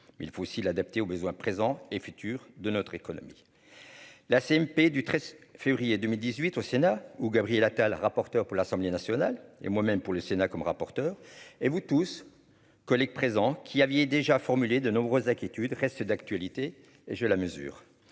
il faut aussi l'adapter aux besoins présents et futurs de notre économie, la CMP, du 13 février 2018 au Sénat où Gabriel Attal rapporteur pour l'Assemblée nationale et moi-même pour le Sénat comme rapporteur et vous tous collègues présents qui avait déjà formulé de nombreuses inquiétudes reste d'actualité et je la mesure